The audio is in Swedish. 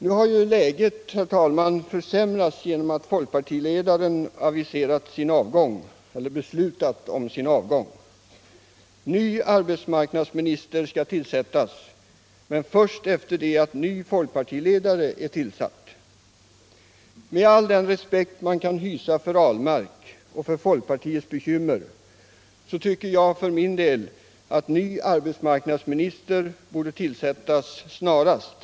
Nu har läget, herr talman, försämrats på grund av folkpartiledarens beslut om avgång. Ny arbetsmarknadsminister skall tillsättas men först efter det att en ny folkpartiledare utnämnts. Trots all den respekt man kan hysa för Per Ahlmark och för folkpartiets bekymmer tycker jag för min del att en ny arbetsmarknadsminister bör tillsättas snarast.